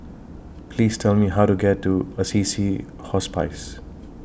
Please Tell Me How to get to Assisi Hospice